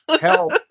Help